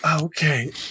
Okay